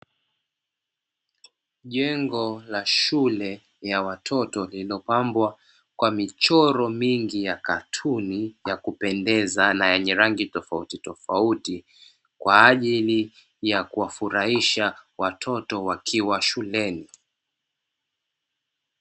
Jengo la shule ya watoto lililopambwa kwa michoro mingi ya katuni ya kupendeza na yenye rangi tofautitofauti, kwa ajili ya kuwafurahisha watoto wakiwa shuleni.